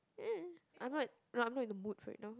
eh I'm not no I'm not in the mood for it now